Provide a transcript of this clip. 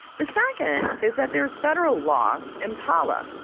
the second is that there is federal law and tahla,